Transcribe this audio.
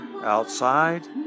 outside